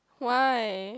why